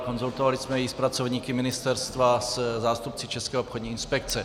Konzultovali jsme ji s pracovníky ministerstva i se zástupci České obchodní inspekce.